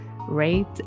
rate